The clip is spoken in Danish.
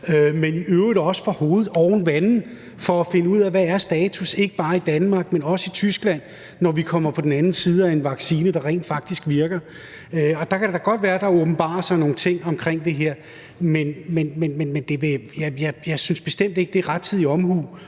må i øvrigt også holde hovedet oven vande og finde ud af, hvad status er, ikke bare i Danmark, men også i Tyskland, når vi kommer på den anden side af en vaccine, der rent faktisk virker. Der kan det da godt være, at der åbenbarer sig nogle ting her, men jeg synes bestemt ikke, det er rettidig omhu